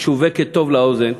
משווקת טוב לאוזן,